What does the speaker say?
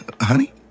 Honey